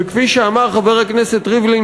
וכפי שאמר חבר הכנסת ריבלין,